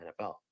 NFL